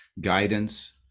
guidance